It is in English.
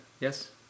yes